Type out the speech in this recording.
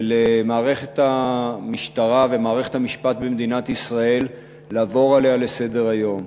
ולמערכת המשטרה ולמערכת המשפט במדינת ישראל לעבור עליה לסדר-היום.